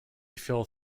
phil